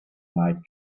night